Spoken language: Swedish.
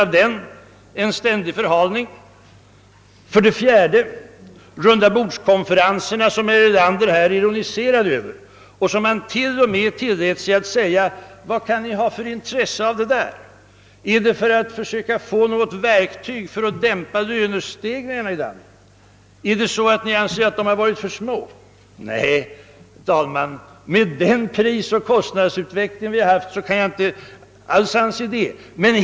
Jo, bara en ständig förhalning. För det fjärde talade jag om rundabordskonferenserna, som herr Erlander nu ironiserade över. Han t.o.m. tillät sig säga att vi därigenom kanske försökt få något verktyg för att dämpa lönestegringarna i landet. Har dessa varit för stora frågade han? Nej, herr talman, med den prisoch kostnadsutveckling vi haft kan jag inte alls anse detta.